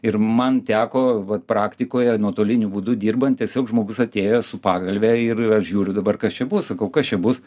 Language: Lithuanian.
ir man teko vat praktikoje nuotoliniu būdu dirbant tiesiog žmogus atėjo su pagalve ir aš žiūriu dabar kas čia bus sakau kas čia bus